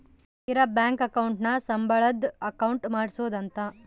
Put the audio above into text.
ಇರ bank account ನ ಸಂಬಳದ್ ಅಕೌಂಟ್ ಮಾಡ್ಸೋದ ಅಂತ